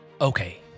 Okay